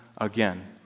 again